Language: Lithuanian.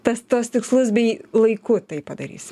tas tuos tikslus bei laiku tai padarys